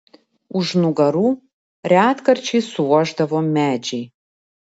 už nugarų retkarčiais suošdavo medžiai